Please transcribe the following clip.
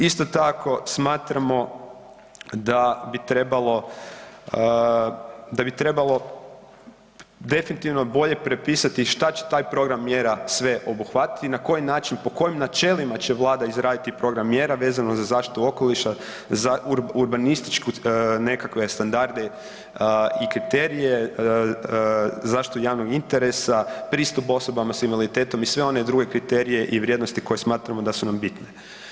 Isto tako smatramo da bi trebalo definitivno bolje propisati šta će taj program mjera sve obuhvatiti i na koji način i po kojim načelima će Vlada izraditi program mjera vezano za zaštitu okoliša za urbanističke nekakve standarde i kriterije, zaštitu javnog interesa, pristup osobama sa invaliditetom i sve one druge kriterije i vrijednosti koje smatramo da su nam bitne.